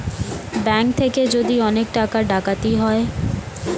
bank থেকে যদি অনেক টাকা ডাকাতি হয়